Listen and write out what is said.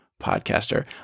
podcaster